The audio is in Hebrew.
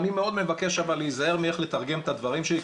תראו אני מאוד מבקש שם להיזהר מאיך לתרגם את הדברים שלי,